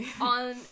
on